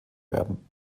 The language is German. werden